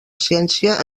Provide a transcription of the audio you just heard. ciència